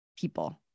people